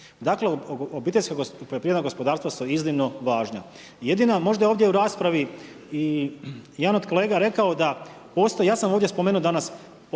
Dakle, OPG-ovi su iznimno važna. Jedina, možda ovdje u raspravi i jedan od kolega rekao da postoji, ja sam ovdje spomenuo danas,